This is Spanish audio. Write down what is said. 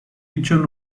dicho